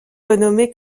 renommé